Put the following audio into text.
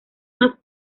más